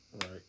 Right